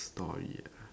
story ah